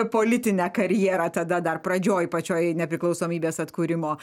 politinę karjerą tada dar pradžioj pačioj nepriklausomybės atkūrimo